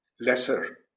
lesser